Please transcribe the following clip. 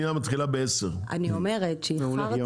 מדובר, בסך הכל, בחמש שעות עבודה.